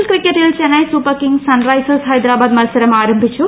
L ക്രിക്കറ്റിൽ Chennai super kings sunrisers Hyderabad മത്സരം ആരംഭിച്ചു